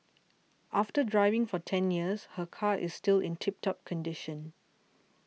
after driving for ten years her car is still in tip top condition